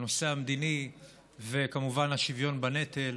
הנושא המדיני וכמובן השוויון בנטל,